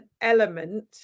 element